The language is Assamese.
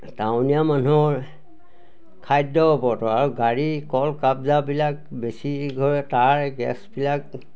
টাউনীয়া মানুহৰ খাদ্য ওপৰতো আৰু গাড়ী কল কাবজাবিলাক বেছি ঘৰে তাৰ গেছবিলাক